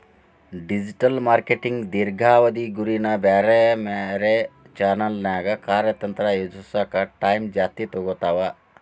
digital marketing ದೇರ್ಘಾವಧಿ ಗುರಿನ ಬ್ಯಾರೆ ಬ್ಯಾರೆ ಚಾನೆಲ್ನ್ಯಾಗ ಕಾರ್ಯತಂತ್ರ ಯೋಜಿಸೋಕ ಟೈಮ್ ಜಾಸ್ತಿ ತೊಗೊತಾವ